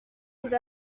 vise